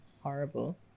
horrible